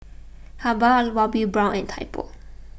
Habhal Bobbi Brown and Typo